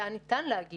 לאן ניתן להגיע,